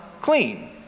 clean